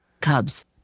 Cubs